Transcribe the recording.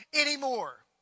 anymore